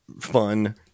fun